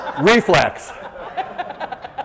Reflex